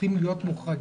צריכים להיות מוחרגים,